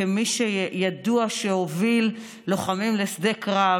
כמי שידוע שהוביל לוחמים לשדה קרב,